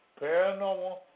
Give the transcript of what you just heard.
paranormal